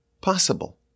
possible